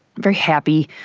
very happy,